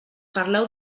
parleu